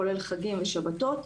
כולל חגים ושבתות.